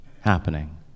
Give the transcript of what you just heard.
happening